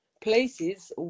places